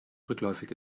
rückläufig